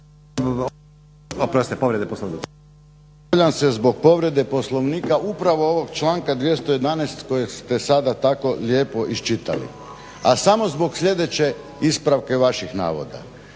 potpredsjedniče, javljam se zbog povrede Poslovnika upravo ovog članka 211.kojeg ste sada tako lijepo iščitali. A samo zbog sljedeće ispravke vaših navoda.